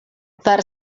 per